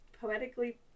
poetically